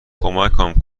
کمکم